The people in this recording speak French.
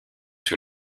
sur